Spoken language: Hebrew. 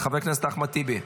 חבר הכנסת אחמד טיבי,